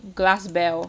glass bell